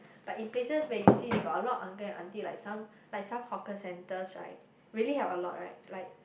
but in places where you see there got a lot of uncle and aunty like some like some hawker centers right really have a lot right like